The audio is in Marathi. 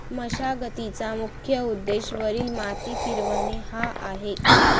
मशागतीचा मुख्य उद्देश वरील माती फिरवणे हा आहे